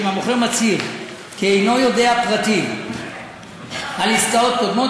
שאם המוכר מצהיר כי אינו יודע פרטים על עסקאות קודמות,